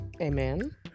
Amen